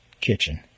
kitchen